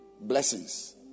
blessings